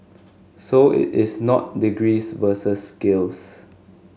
so it is not degrees versus skills